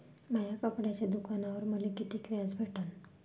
माया कपड्याच्या दुकानावर मले कितीक व्याज भेटन?